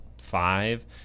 Five